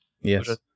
Yes